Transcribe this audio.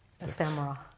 ephemera